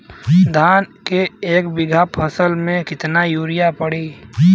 धान के एक बिघा फसल मे कितना यूरिया पड़ी?